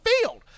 field